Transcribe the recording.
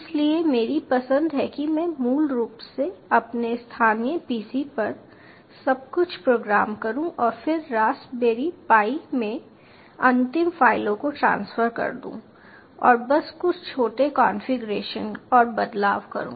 इसलिए मेरी पसंद है कि मैं मूल रूप से अपने स्थानीय PC पर सब कुछ प्रोग्राम करूं और फिर रास्पबेरी पाई में अंतिम फाइलों को ट्रांसफर कर दूं और बस कुछ छोटे कॉन्फ़िगरेशन और बदलाव करूं